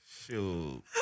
Shoot